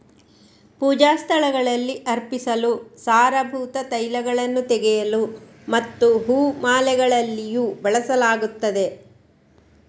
ಪೂಜಾ ಸ್ಥಳಗಳಲ್ಲಿ ಅರ್ಪಿಸಲು, ಸಾರಭೂತ ತೈಲಗಳನ್ನು ತೆಗೆಯಲು ಮತ್ತು ಹೂ ಮಾಲೆಗಳಲ್ಲಿಯೂ ಬಳಸಲಾಗುತ್ತದೆ